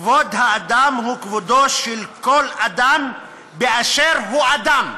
כבוד האדם הוא כבודו של כל אדם באשר הוא אדם.